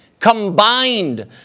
combined